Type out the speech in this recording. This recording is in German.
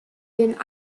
den